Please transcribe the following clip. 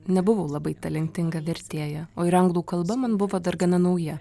nebuvau labai talentinga vertėja o ir anglų kalba man buvo dar gana nauja